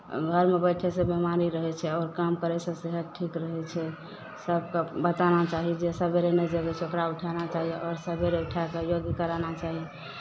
आ घरमे बैठै छै बेमारी होइ छै आओर काम करै छै सेहत ठीक रहै छै सभकेँ बताना चाही जे सवेरे नहि जगै छै ओकरा उठाना चाही आओर सवेरे उठा कऽ योगी कराना चाही